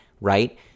right